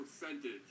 percentage